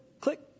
click